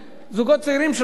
זוגות צעירים שלכם,